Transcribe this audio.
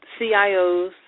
CIOs